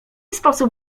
sposób